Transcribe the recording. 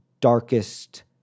darkest